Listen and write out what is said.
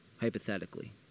hypothetically